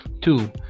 Two